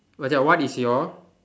what ya what is your